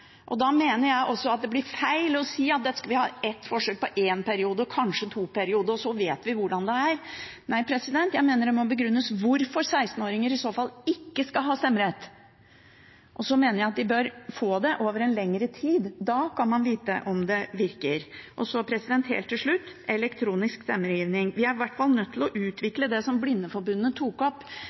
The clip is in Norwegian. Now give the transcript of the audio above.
og da mener jeg også at det blir feil å si at dette skal vi ha ett forsøk på i én periode, og kanskje i to perioder, og så vet vi hvordan det er. Nei, jeg mener det må begrunnes hvorfor 16-åringer i så fall ikke skal ha stemmerett, og så mener jeg at de bør få det over en lengre tid. Da kan man vite om det virker. Så helt til slutt, elektronisk stemmegivning: Vi er i hvert fall nødt til å utvikle det som Blindeforbundet tok opp